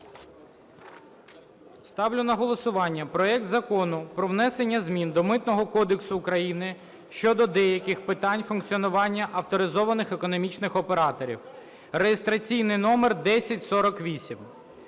Ставлю на голосування проект Закону про внесення змін до Митного кодексу України щодо деяких питань функціонування авторизованих економічних операторів (реєстраційний номер 1048).